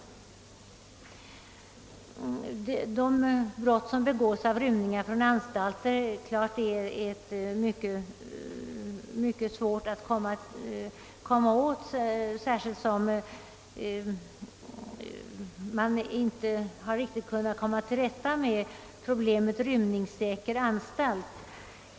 Frågan om brott som begås av anstaltsrymlingar är naturligtvis mycket svår att bemästra, särskilt som man inte riktigt har kunnat komma till rätta med problemet rymningssäker anstalt.